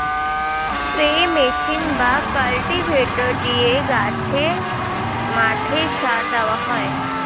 spray machine বা cultivator দিয়ে গাছে, মাঠে সার দেওয়া হয়